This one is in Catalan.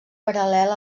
paral·lel